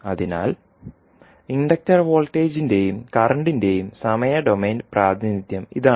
അതിനാൽ ഇൻഡക്റ്റർ വോൾട്ടേജിന്റെയും കറന്റിന്റെയും സമയ ഡൊമെയ്ൻ പ്രാതിനിധ്യം ഇതാണ്